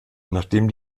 nachdem